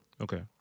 Okay